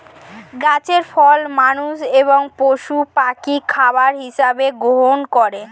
গাছের ফল মানুষ এবং পশু পাখি খাবার হিসাবে গ্রহণ করে